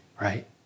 right